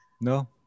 No